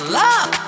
love